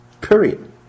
Period